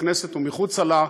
בכנסת ומחוצה לה,